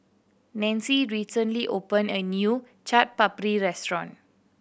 Nanci recently opened a new Chaat Papri Restaurant